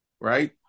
Right